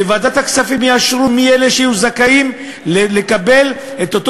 שוועדת הכספים תאשר מי יהיו הזכאים לקבל את אותו